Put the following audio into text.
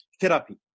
Therapy